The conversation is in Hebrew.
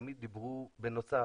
תמיד דיברו על בנוסף.